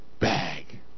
bag